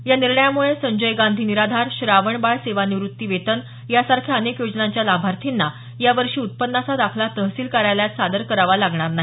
या निर्णयामुळे संजय गांधी निराधार श्रावण बाळ सेवानिवृत्ती वेतन यांसारख्या अनेक योजनांच्या लाभार्थींना यावर्षी उत्पन्नाचा दाखला तहसील कार्यालयात सादर करावा लागणार नाही